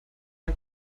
man